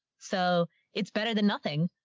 so it's better than nothing.